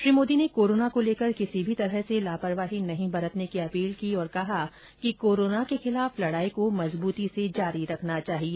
श्री मोदी ने कोरोना को लेकर किसी भी तरह से लापरवाही नहीं बरतने की अपील की और कहा कि कोरोना के खिलाफ लड़ाई को मजबूती से जारी रखना चाहिए